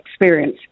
experience